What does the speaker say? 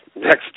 next